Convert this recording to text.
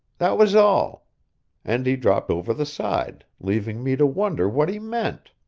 that was all and he dropped over the side, leaving me to wonder what he meant.